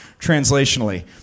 translationally